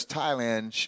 Thailand